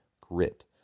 Grit